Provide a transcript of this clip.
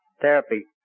therapy